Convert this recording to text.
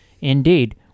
indeed